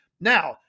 now